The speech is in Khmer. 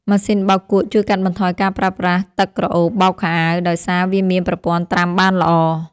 ម៉ាស៊ីនបោកគក់ជួយកាត់បន្ថយការប្រើប្រាស់ទឹកក្រអូបបោកខោអាវដោយសារវាមានប្រព័ន្ធត្រាំបានល្អ។